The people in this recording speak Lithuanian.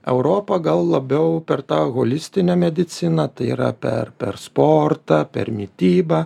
europa gal labiau per tą holistinę mediciną tai yra per per sportą per mitybą